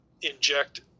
inject